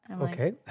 Okay